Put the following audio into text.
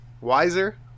wiser